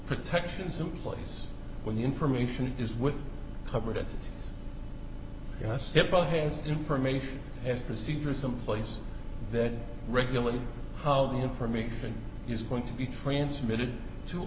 protections in place when the information is with covered it yes but his information and procedures in place that regularly how the information is going to be transmitted to